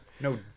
No